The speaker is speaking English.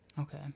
Okay